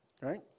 right